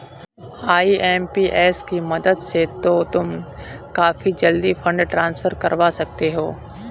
IMPS की मदद से तो तुम काफी जल्दी फंड ट्रांसफर करवा सकते हो